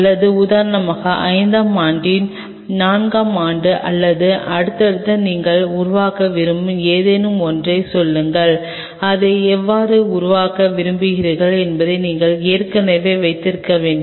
அல்லது உதாரணமாக ஐந்தாம் ஆண்டின் நான்காம் ஆண்டு அல்லது அடுத்ததாக நீங்கள் உருவாக்க விரும்பும் ஏதேனும் ஒன்றைச் சொல்லுங்கள் அதை எவ்வாறு உருவாக்க விரும்புகிறீர்கள் என்பதை நீங்கள் ஏற்கனவே வைத்திருக்க வேண்டும்